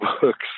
books